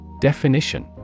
Definition